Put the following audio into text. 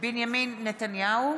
בנימין נתניהו,